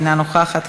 אינה נוכחת,